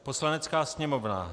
Poslanecká sněmovna